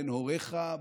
בין הוריך,